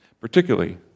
Particularly